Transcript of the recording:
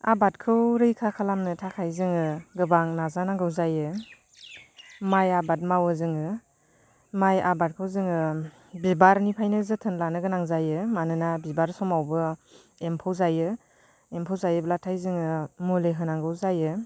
आबादखौ रैखा खालामनो थाखाय जोङो गोबां नाजानांगौ जायो माइ आबाद मावो जोङो माइ आबादखौ जोङो बिबारनिफ्रायनो जोथोन लानो गोनां जायो मानोना बिबार समावबो एम्फौ जायो एम्फौ जायोब्लाथाय जोङो मुलि होनांगौ जायो